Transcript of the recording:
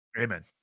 Amen